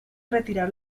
retirar